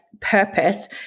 purpose